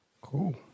Cool